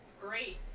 great